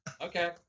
Okay